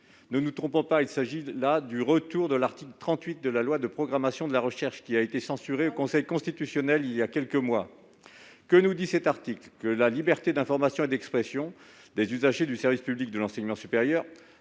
Ne nous y trompons pas, il s'agit là du retour de l'article 38 de la loi de programmation de la recherche pour les années 2021 à 2030, censuré par le Conseil constitutionnel il y a quelques mois ! Que nous dit cet article, sinon que la liberté d'information et d'expression des usagers du service public de l'enseignement supérieur